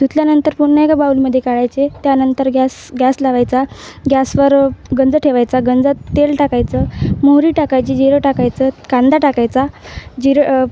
धुतल्यानंतर पुन्हा एका बाउलमध्ये काळायचे त्यानंतर गॅस गॅस लावायचा गॅसवर गंज ठेवायचा गंजात तेल टाकायचं मोहरी टाकायची जिरं टाकायचं कांदा टाकायचा जिरं